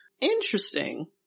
Interesting